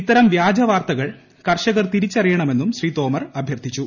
ഇത്തരം വ്യാജവാർത്തകൾ കർഷകർ തിരിച്ചറിയണമെന്നും ശ്രീ തൊമർ അഭ്യർത്ഥിച്ചു